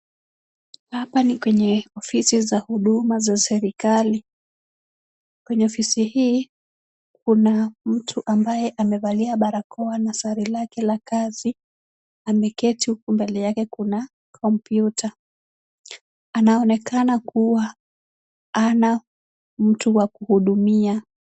Hapa ni kwenye ofisi za Huduma za serikali. Kwenye ofisi hii, kuna mtu ambaye amevalia barakoa na sare lake za kazi. Ameketi huku mbele yake kuna kompyuta. Anaonekana kuwa hana mtu wa kuhudumia.